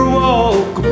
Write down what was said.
walk